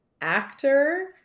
actor